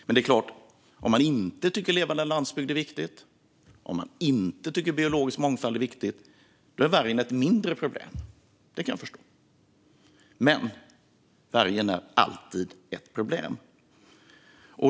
Men om man inte tycker att levande landsbygd och biologisk mångfald är viktigt, då är vargen ett mindre problem. Det kan jag förstå. Men vargen är alltid ett problem.